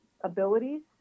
abilities